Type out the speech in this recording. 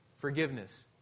Forgiveness